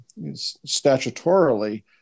statutorily